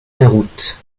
déroute